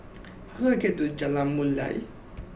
how do I get to Jalan Mulia